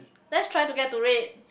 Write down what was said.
let's try to get to read